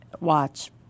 watch